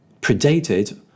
predated